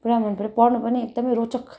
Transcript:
पुरा मनपऱ्यो पढ्नु पनि एकदमै रोचक